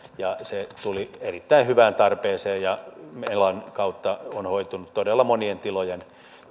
se tuli erittäin hyvään tarpeeseen ja melan kautta on hoitunut todella monien tilojen